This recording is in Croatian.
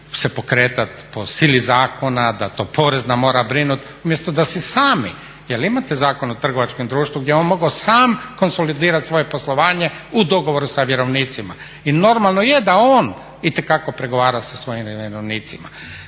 se pokretat po sili zakona, da to porezna mora brinuti umjesto da si sami, jel imate Zakon o trgovačkom društvu gdje je on mogao sam konsolidirat svoje poslovanje u dogovoru sa vjerovnicima. I normalno je da on itekako pregovara sa svojim vjerovnicima.